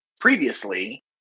previously